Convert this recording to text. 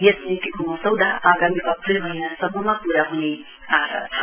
यस नीतिको मसौदा आगामी अप्रेल महीनासम्ममा पूरा हने आशा छ